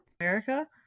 America